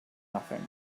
nothing